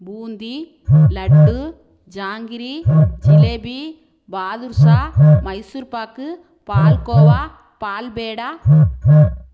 boondi laddu jangiri jalebi badusha Mysore pak palkova palpeda